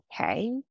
okay